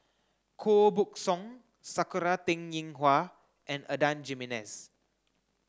Koh Buck Song Sakura Teng Ying Hua and Adan Jimenez